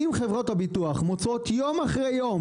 אם חברות הביטוח מוציאות יום אחר יום